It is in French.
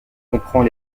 comprend